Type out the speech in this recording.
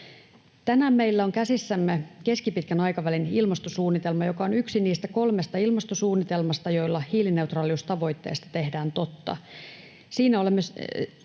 Tänään meillä on käsissämme keskipitkän aikavälin ilmastosuunnitelma, joka on yksi niistä kolmesta ilmastosuunnitelmasta, joilla hiilineutraaliustavoitteesta tehdään totta.